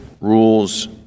rules